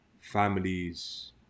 families